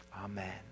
Amen